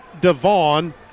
Devon